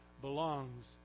belongs